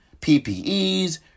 PPEs